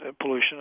pollution